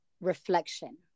reflection